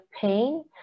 pain